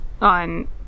on